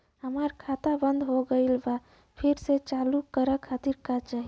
हमार खाता बंद हो गइल बा फिर से चालू करा खातिर का चाही?